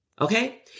Okay